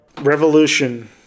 Revolution